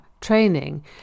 training